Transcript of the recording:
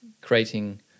creating